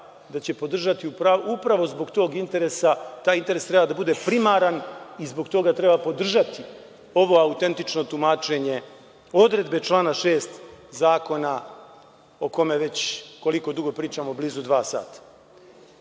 da će podržati upravo zbog tog interesa. Taj interes treba da bude primaran i zbog toga treba podržati ovo autentično tumačenje odredbe člana 6. Zakona, o kome već koliko dugo pričamo, blizu dva sata. Na